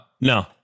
No